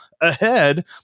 ahead